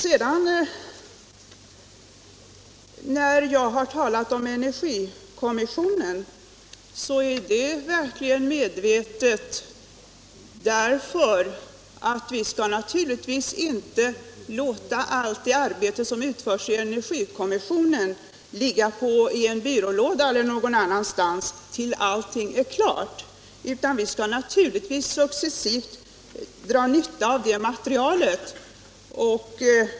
Det jag sagt om energikommissionen är verkligen medvetet. Vi skall naturligtvis inte låta allt det arbete som utförts av energikommissionen ligga i en byrålåda eller någon annanstans till dess allting är klart, utan vi skall naturligtvis successivt dra nytta av det materialet.